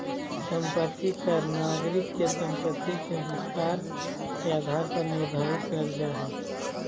संपत्ति कर नागरिक के संपत्ति के विस्तार के आधार पर निर्धारित करल जा हय